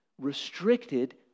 restricted